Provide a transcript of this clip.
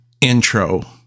intro